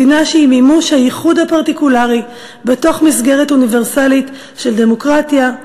מדינה שהיא מימוש הייחוד הפרטיקולרי בתוך מסגרת אוניברסלית של דמוקרטיה,